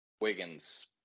Wiggins